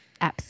Apps